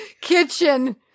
kitchen